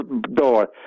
door